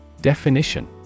Definition